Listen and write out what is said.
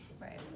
right